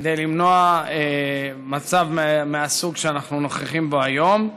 כדי למנוע מצב מהסוג שאנחנו נוכחים בו היום.